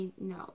no